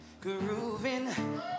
grooving